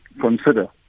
consider